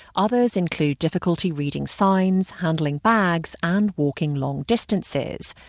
others include difficulty reading signs, handling bags and walking long distances.